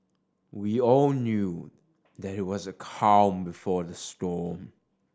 we all knew that it was the calm before the storm